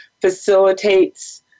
facilitates